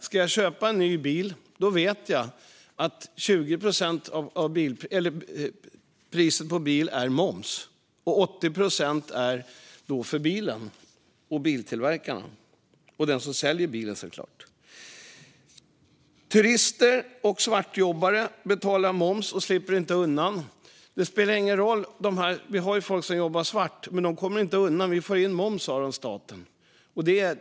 Ska jag köpa en ny bil vet jag att 20 procent av priset är moms och 80 procent är priset för bilen - pengar som går till biltillverkarna och till den som säljer bilen. Turister och svartjobbare betalar moms; de slipper inte undan. Det finns folk som jobbar svart, men momsen kommer de inte undan, utan den får staten in.